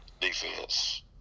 defense